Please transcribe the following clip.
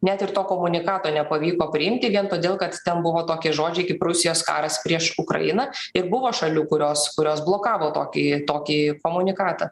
net ir to komunikato nepavyko priimti vien todėl kad ten buvo tokie žodžiai kaip rusijos karas prieš ukrainą ir buvo šalių kurios kurios blokavo tokį tokį komunikatą